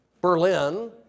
Berlin